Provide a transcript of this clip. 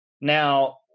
Now